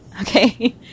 okay